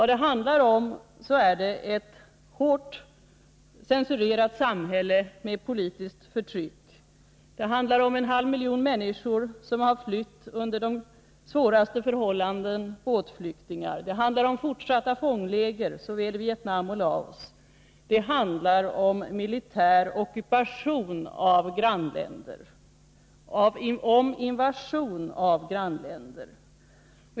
Det handlar om ett hårt censurerat samhälle med politiskt förtryck. Det handlar om en halv miljon människor som under de svåraste förhållanden har flytt — båtflyktingarna. Det handlar om fortsatta fångläger såväl i Vietnam som i Laos. Det handlar om militär ockupation av grannländer, om invasion i grannländer.